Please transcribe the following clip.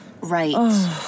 Right